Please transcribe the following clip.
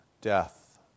death